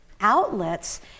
outlets